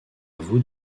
vous